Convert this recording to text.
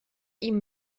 ihm